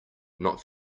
not